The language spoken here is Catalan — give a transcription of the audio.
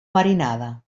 marinada